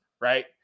right